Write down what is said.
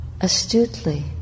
Astutely